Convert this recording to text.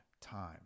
time